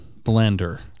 blender